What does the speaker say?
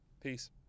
Peace